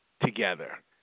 together